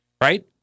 right